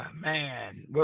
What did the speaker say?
man